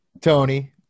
tony